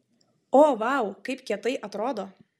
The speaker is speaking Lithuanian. o vau kaip kietai atrodo